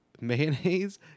mayonnaise